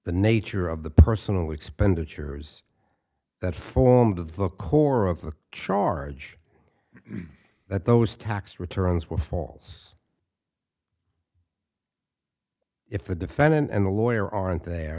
the nature of the personal expenditures that formed of the core of the charge that those tax returns were falls if the defendant and the lawyer aren't there